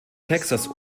texas